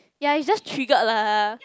ya you just triggered lah